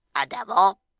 a devil,